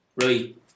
right